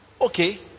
okay